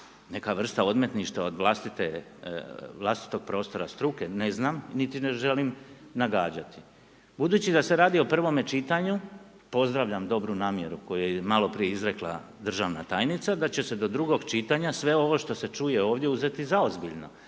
neka vrsta odmetništva od vlastitog prostora struke ne znam niti ne želim nagađati. Budući da se radi o prvome čitanju pozdravljam dobru namjeru koju je maloprije izrekla državna tajnica da će se do drugog čitanja sve ovo što se čuje ovdje uzeti zaozbiljno,